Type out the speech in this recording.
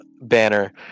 banner